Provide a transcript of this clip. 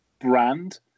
brand